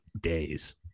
days